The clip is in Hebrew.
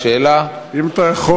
זו לא הייתה השאלה.